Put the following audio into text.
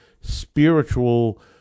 spiritual